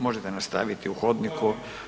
Možete nastaviti u hodniku.